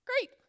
great